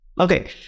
okay